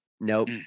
Nope